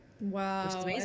wow